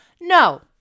No